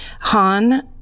Han